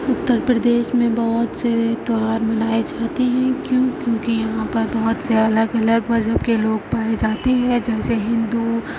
اتر پردیش میں بہت سے تیوہار منائے جاتے ہیں کیوں کیوں کہ یہاں پر بہت سے الگ الگ مذہب کے لوگ پائے جاتے ہیں جیسے ہندو